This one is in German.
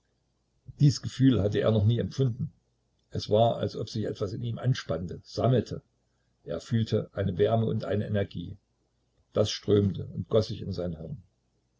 dies gefühl hatte er noch nie empfunden es war als ob sich etwas in ihm anspannte sammelte er fühlte eine wärme und eine energie das strömte und goß sich in sein hirn